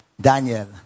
Daniel